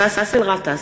צא, תירגע.